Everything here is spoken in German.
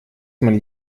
man